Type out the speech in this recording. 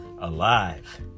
alive